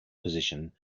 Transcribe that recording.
position